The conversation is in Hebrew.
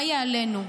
מה יהיה עלינו?